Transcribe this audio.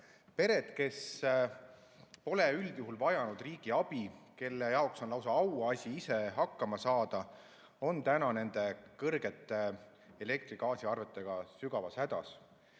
Pered, kes pole üldjuhul vajanud riigi abi, kelle jaoks on lausa auasi ise hakkama saada, on nende suurte elektri‑ ja gaasiarvetega sügavas hädas.